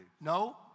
no